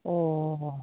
অঁ